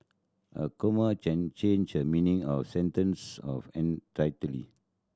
a comma can change the meaning of a sentence of